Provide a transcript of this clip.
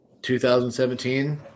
2017